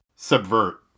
subvert